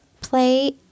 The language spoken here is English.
play